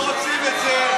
לא, לא, לא רוצים את זה.